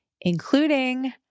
including